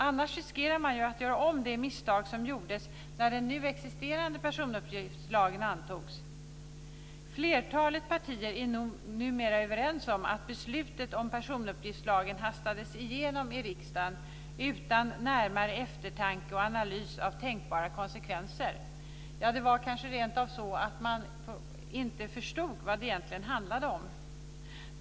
Annars riskerar man att göra om det misstag som gjordes när den nu existerande personuppgiftslagen antogs. Flertalet partier är numera överens om att beslutet om personuppgiftslagen hastades igenom i riksdagen utan närmare eftertanke och analys av tänkbara konsekvenser. Det var kanske rentav så att man inte förstod vad det egentligen handlade om.